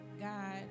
God